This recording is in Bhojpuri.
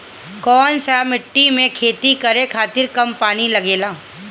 कौन सा मिट्टी में खेती करे खातिर कम पानी लागेला?